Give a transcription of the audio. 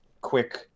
quick